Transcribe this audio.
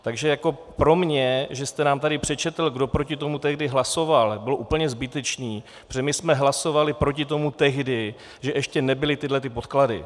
Takže jako pro mě, že jste nám tady přečetl, kdo proti tomu tehdy hlasoval, bylo úplně zbytečné, protože my jsme hlasovali proti tomu tehdy, že ještě nebyly tyhlety podklady.